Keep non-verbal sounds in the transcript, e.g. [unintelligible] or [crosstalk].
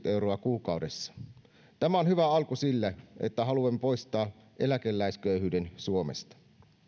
[unintelligible] euroa kuukaudessa tämä on hyvä alku sille että haluamme poistaa eläkeläisköyhyyden suomesta